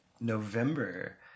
November